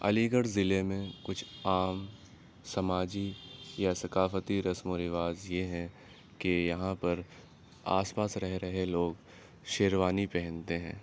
علی گڑھ ضلعے میں کچھ عام سماجی یا ثقافتی رسم و رواج یہ ہیں کہ یہاں پر آس پاس رہ رہے لوگ شیروانی پہنتے ہیں